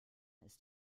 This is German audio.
ist